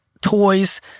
toys